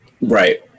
Right